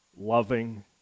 loving